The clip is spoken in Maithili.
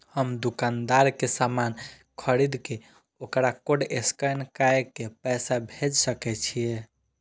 हम दुकानदार के समान खरीद के वकरा कोड स्कैन काय के पैसा भेज सके छिए?